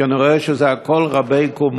כי אני רואה שזה הכול רבי-קומות.